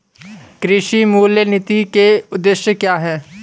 कृषि मूल्य नीति के उद्देश्य क्या है?